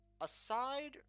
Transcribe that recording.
aside